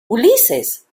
ulises